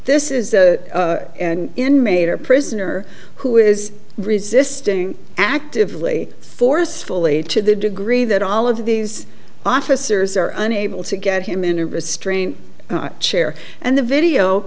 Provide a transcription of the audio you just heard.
this is the inmate or prisoner who is resisting actively forcefully to the degree that all of these officers are unable to get him in a restraint chair and the video